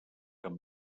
amb